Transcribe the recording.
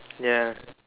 ya